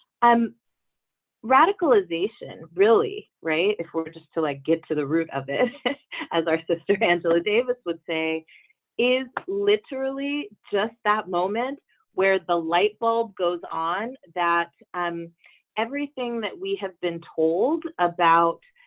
i'm radicalization really right if we were just to like get to the root of it as our sister angela davis would say is literally just that moment where the light bulb goes on that um everything that we have been told about